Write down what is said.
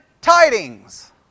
tidings